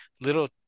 little